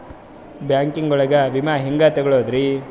Banking ಒಳಗ ವಿಮೆ ಹೆಂಗ್ ತೊಗೊಳೋದ್ರಿ?